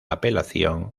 apelación